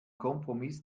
kompromiss